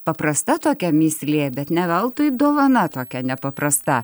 paprasta tokia mįslė bet ne veltui dovana tokia nepaprasta